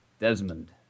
Desmond